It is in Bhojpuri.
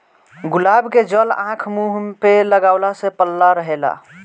गुलाब के जल आँख, मुंह पे लगवला से पल्ला रहेला